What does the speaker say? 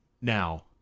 Now